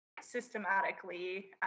systematically